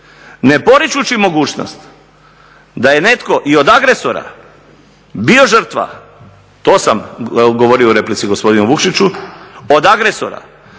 Ne poričući mogućnost da je netko i od agresora bio žrtva, to sam govorio u replici gospodine Vukšiću, od agresora,